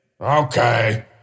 Okay